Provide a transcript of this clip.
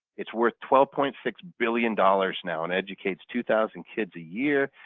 it's worth twelve point six billion dollars now and educates two thousand kids a year,